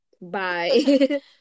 Bye